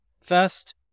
First